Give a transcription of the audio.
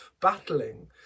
battling